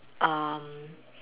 um